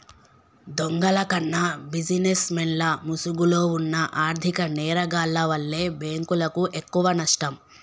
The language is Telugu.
దొంగల కన్నా బిజినెస్ మెన్ల ముసుగులో వున్న ఆర్ధిక నేరగాల్ల వల్లే బ్యేంకులకు ఎక్కువనష్టం